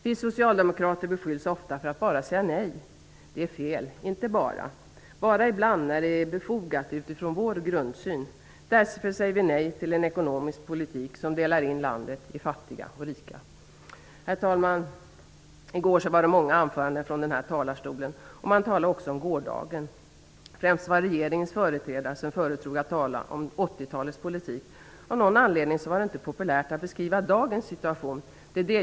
Vi socialdemokrater beskylls ofta för att bara säga nej. Det är fel, vi säger inte bara nej, men ibland när det är befogat utifrån vår grundsyn. Därför säger vi nej till en ekonomisk politik som delar in landet i fattiga och rika. Herr talman! I går hölls det många anföranden från denna talarstol, och man talade också om gårdagen. Främst var det regeringens företrädare som föredrog att tala om 80-talets politik. Av någon anledning var det inte populärt att beskriva dagens situation.